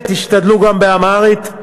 תשתדלו גם באמהרית.